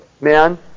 man